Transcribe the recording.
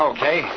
Okay